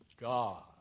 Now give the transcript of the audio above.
God